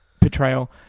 portrayal